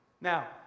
Now